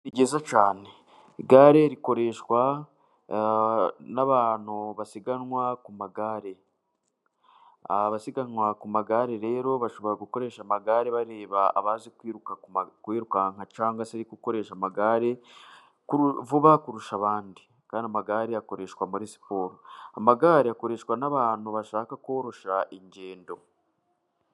Igare ni ryiza cyane igare rikoreshwa n'abantu basiganwa ku magare. Abasiganwa ku magare rero bashobora gukoresha amagare bareba abazi kwirukanka cyangwa se uri gukoresha igare vuba kurusha abandi. Kandi amagare akoreshwa muri siporo, amagare akoreshwa n'abantu bashaka korosha ingendo.